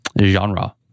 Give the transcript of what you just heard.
genre